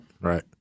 right